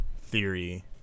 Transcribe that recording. theory